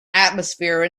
atmosphere